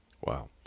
Wow